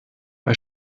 bei